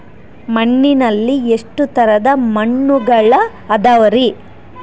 ಮಣ್ಣಿನಲ್ಲಿ ಎಷ್ಟು ತರದ ಮಣ್ಣುಗಳ ಅದವರಿ?